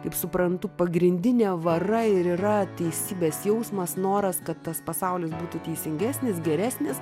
kaip suprantu pagrindinė vara ir yra teisybės jausmas noras kad tas pasaulis būtų teisingesnis geresnis